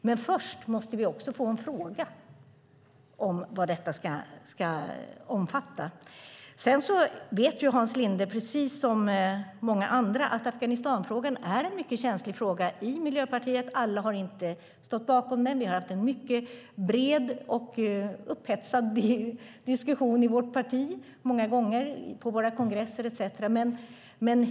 Men först måste vi få en fråga om vad detta ska omfatta. Hans Linde vet precis som många andra att Afghanistanfrågan är en mycket känslig fråga i Miljöpartiet. Alla står inte bakom insatsen. Vi har haft en mycket bred och upphetsad diskussion i vårt parti många gånger på våra kongresser etcetera.